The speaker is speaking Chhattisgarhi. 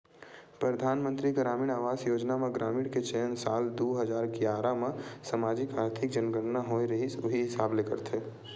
परधानमंतरी गरामीन आवास योजना म ग्रामीन के चयन साल दू हजार गियारा म समाजिक, आरथिक जनगनना होए रिहिस उही हिसाब ले करथे